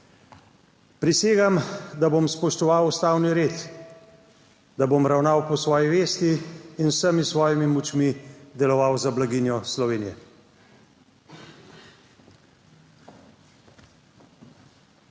Prisegam, da bom spoštoval ustavni red, da bom ravnal po svoji vesti in z vsemi svojimi močmi deloval za blaginjo Slovenije.